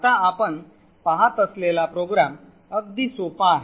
आता आपण पाहत असलेला प्रोग्रॅम अगदी सोपा आहे